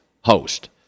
host